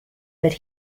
but